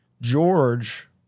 George